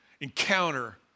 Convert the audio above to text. encounter